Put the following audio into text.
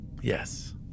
Yes